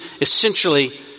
essentially